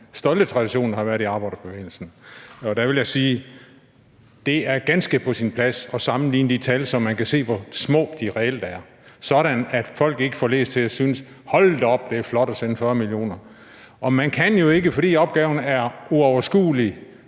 stolte tradition, der har været i arbejderbevægelsen. Og der vil jeg sige, at det er ganske på sin plads at sammenligne de tal, så man kan se, hvor små de reelt er, sådan at folk ikke forledes til at synes: Hold da op, det er flot at sende 40 mio. kr. Man kan jo ikke, bare fordi opgaven er uoverskuelig,